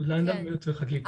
אהוד לנדאו מהייעוץ לחקיקה.